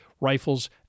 rifles